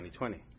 2020